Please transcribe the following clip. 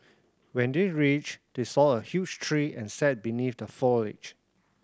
when they reached they saw a huge tree and sat beneath the foliage